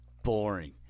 Boring